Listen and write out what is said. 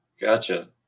Gotcha